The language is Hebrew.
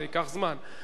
זה ייקח זמן,